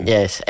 Yes